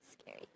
Scary